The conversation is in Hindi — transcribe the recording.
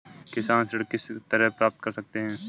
किसान ऋण किस तरह प्राप्त कर सकते हैं?